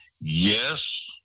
yes